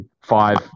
five